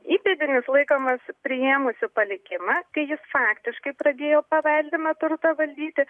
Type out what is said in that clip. įpėdinis laikomas priėmusiu palikimą kai jis faktiškai pradėjo paveldimą turtą valdyti